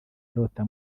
arota